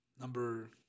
number